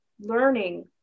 learning